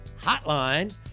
hotline